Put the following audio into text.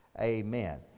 Amen